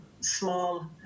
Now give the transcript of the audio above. small